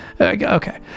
Okay